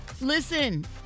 Listen